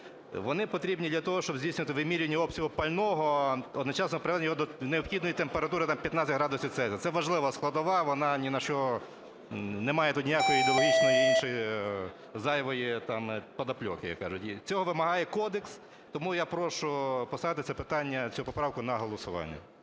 Вони потрібні для того, щоб здійснювати вимірювання обсягів пального, одночасно приведення його до необхідної температури – там 15 градусів Цельсія. Це важлива складова, вона ні на що, немає тут ніякої ідеологічної іншої, зайвої там подоплеки, як кажуть. Цього вимагає кодекс. Тому я прошу поставити це питання, цю поправку на голосування.